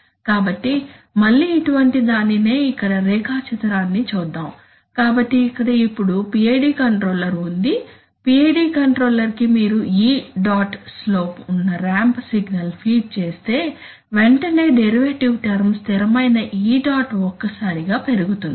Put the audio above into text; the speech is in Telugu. కాబట్టి మళ్ళీ ఇటువంటి దానినే ఇక్కడ రేఖాచిత్రాన్ని చూద్దాం కాబట్టి ఇక్కడ ఇప్పుడు PID కంట్రోలర్ ఉంది కాబట్టి PID కంట్రోలర్ కి మీరు e డాట్ స్లోప్ ఉన్న ర్యాంప్ సిగ్నల్ ఫీడ్ చేస్తే వెంటనే డెరివేటివ్ టర్మ్ స్థిరమైన e డాట్ ఒక్కసారిగా పెరుగుతుంది